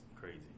crazy